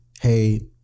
hey